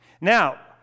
Now